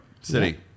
City